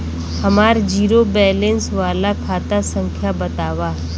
हमार zero balance वाला खाता संख्या वतावा?